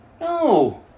No